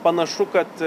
panašu kad